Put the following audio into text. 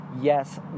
yes